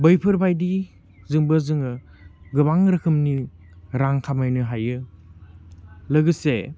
बेफोरबायदि जोंबो जोङो गोबां रोखोमनि रां खामायनो हायो लोगोसे